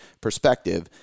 perspective